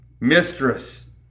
Mistress